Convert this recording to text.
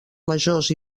majors